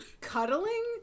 cuddling